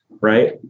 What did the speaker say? right